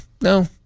no